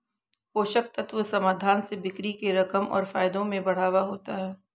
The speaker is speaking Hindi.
पोषक तत्व समाधान से बिक्री के रकम और फायदों में बढ़ावा होता है